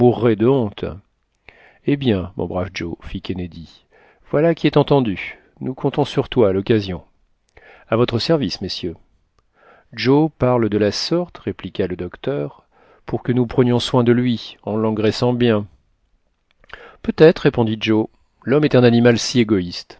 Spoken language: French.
de honte eh bien mon brave joe fit kennedy voilà qui est entendu nous comptons sur toi à l'occasion a votre service messieurs joe parle de la sorte répliqua le docteur pour que nous prenions soin de lui en l'engraissant bien peut-être répondit joe l'homme est un animal si égoïste